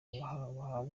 barahabwa